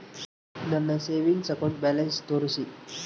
ನನ್ನ savings account balance ತೋರಿಸಿ?